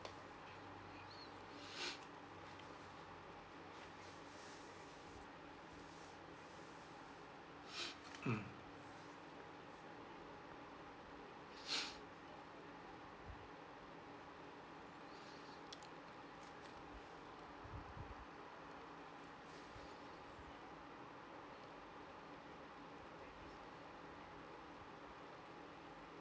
mm